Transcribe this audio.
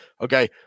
Okay